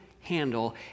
handle